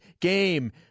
game